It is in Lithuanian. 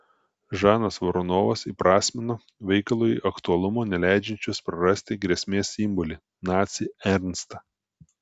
žanas voronovas įprasmino veikalui aktualumo neleidžiančios prarasti grėsmės simbolį nacį ernstą